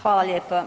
Hvala lijepa.